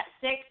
six